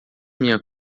minha